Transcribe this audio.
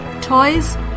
toys